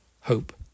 hope